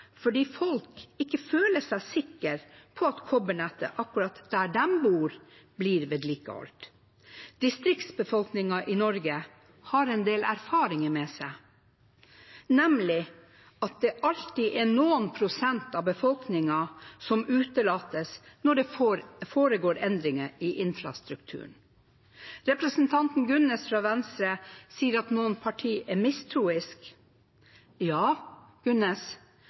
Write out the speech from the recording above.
fordi folk ikke føler seg sikre på at kobbernettet akkurat der de bor, blir vedlikeholdt. Distriktsbefolkningen i Norge har en del erfaringer med seg, nemlig at det alltid er noen prosent av befolkningen som utelates når det foregår endringer i infrastrukturen. Representanten Gunnes fra Venstre sier at noen partier er mistroiske. Ja, Gunnes